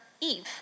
Eve